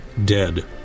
dead